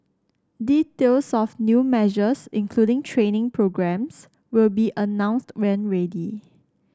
details of new measures including training programmes will be announced when ready